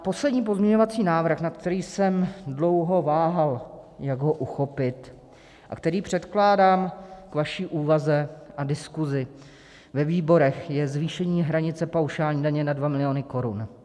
Poslední pozměňovací návrh, nad kterým jsem dlouho váhal, jak ho uchopit, a který předkládám k vaší úvaze a diskusi ve výborech, je zvýšení hranice paušální daně na 2 miliony korun.